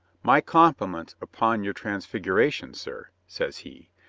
my compliments upon your transfiguration, sir, says he.